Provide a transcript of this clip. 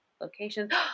locations